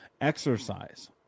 exercise